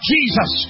Jesus